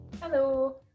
Hello